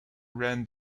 ran